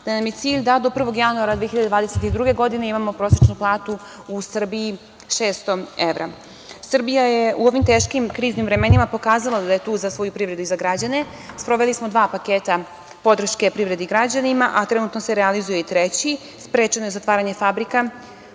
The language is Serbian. da nam je cilj da do 01. januara 2022. godine imamo prosečnu platu u Srbiji 600 evra. Srbija je u ovim teškim kriznim vremenima pokazala da je tu za svoju privredu i građane. Sproveli smo dva paketa podrške privredi i građanima, a trenutno se realizuje i treći. Sprečeno je zatvaranje fabrika